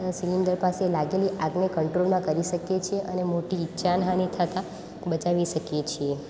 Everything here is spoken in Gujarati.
સિલેન્ડર પાસે લાગેલી આગને કંટ્રોલમાં કરી શકીએ અને મોટી જાનહાનિ થતા બચાવી શકીએ છીએ